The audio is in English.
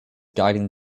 guiding